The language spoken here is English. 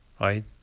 right